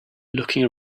looking